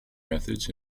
methods